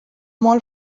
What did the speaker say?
molt